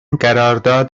قرارداد